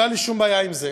לא הייתה לי שום בעיה עם זה.